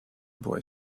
boy